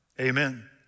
Amen